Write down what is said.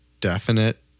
definite